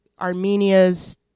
Armenia's